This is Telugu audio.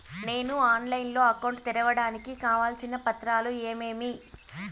నేను ఆన్లైన్ లో అకౌంట్ తెరవడానికి కావాల్సిన పత్రాలు ఏమేమి?